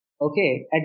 okay